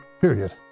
period